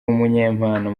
umunyempano